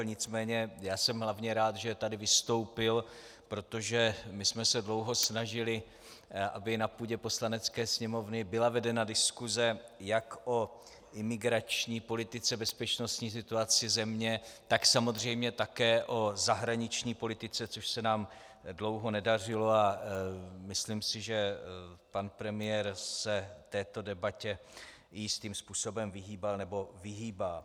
Nicméně já jsem hlavně rád, že tady vystoupil, protože my jsme se dlouho snažili, aby na půdě Poslanecké sněmovny byla vedena diskuse jak o imigrační politice, bezpečnostní situaci země, tak samozřejmě také o zahraniční politice, což se nám dlouho nedařilo, a myslím si, že pan premiér se této debatě jistým způsobem vyhýbal nebo vyhýbá.